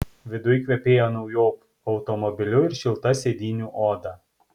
viduj kvepėjo nauju automobiliu ir šilta sėdynių oda